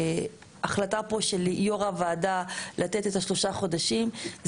ההחלטה פה של יו"ר הוועדה לתת את שלושת החודשים,